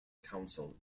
council